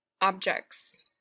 objects